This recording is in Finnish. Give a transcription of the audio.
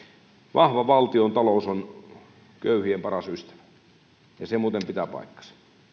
vahva valtiontalous on köyhien paras ystävä ja se muuten pitää paikkansa